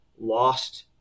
lost